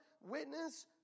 witness